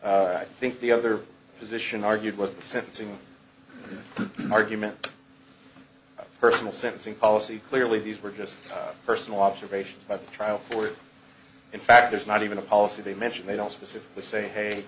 weighed i think the other position argued with the sentencing argument personal sentencing policy clearly these were just personal observations by the trial court in fact there's not even a policy to mention they don't specifically say hey